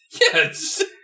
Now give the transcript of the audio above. Yes